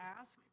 ask